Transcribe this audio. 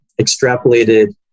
extrapolated